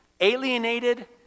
alienated